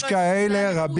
כאלה.